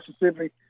Mississippi